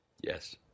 Yes